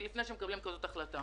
לפני שמקבלים החלטה כזאת.